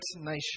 nation